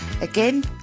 Again